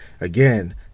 again